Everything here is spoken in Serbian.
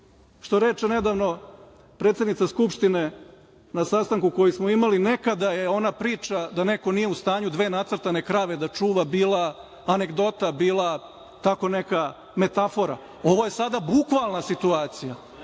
što reče nedavno predsednica Skupštine na sastanku koji smo imali – nekada je ona priča da neko nije u stanju dve nacrtane krave da čuva bila anegdota, bila tako neka metafora, ali ovo sada je bukvalna situacija.